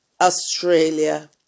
Australia